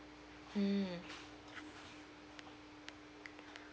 mm